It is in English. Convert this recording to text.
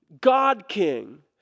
god-king